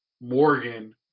Morgan